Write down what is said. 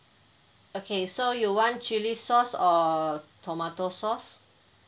okay so you want chili sauce or tomato sauce